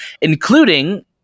including